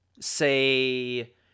say